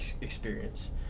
experience